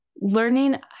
learning